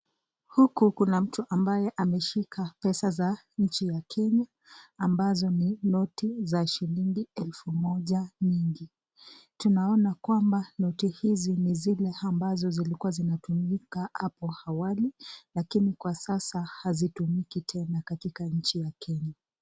Huku kuna mtu ambaye ameshika pesa za nchi ya kenya ambazo ni noti za shilingi elfu moja nyingi. Tunaona kwamba noti hizi ni zile ambazo zilikuwa zinatumika hapo awali lakini kwa sasa haitumiki tena katika nchi ya kenya.